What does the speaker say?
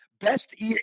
Best